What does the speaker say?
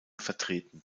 vertreten